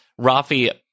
Rafi